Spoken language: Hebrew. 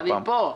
אני פה.